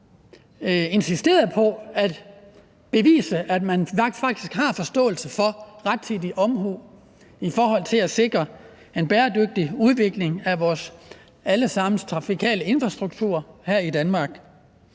har insisteret på at bevise, at man faktisk har forståelse for og rettidig omhu i forhold til at sikre en bæredygtig udvikling af vores allesammens trafikale infrastruktur her i Danmark.